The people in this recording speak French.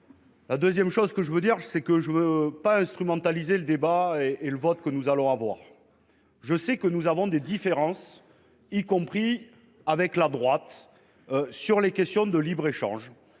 est d’abord une victoire démocratique. Je ne veux pas instrumentaliser le débat et le vote que nous allons avoir. Je sais que nous avons des différences, y compris avec la droite, sur les questions de libre échange,